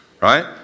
right